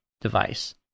device